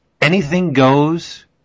anything-goes